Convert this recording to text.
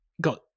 got